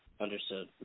Understood